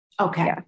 Okay